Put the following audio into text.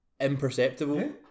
imperceptible